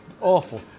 awful